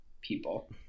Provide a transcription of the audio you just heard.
people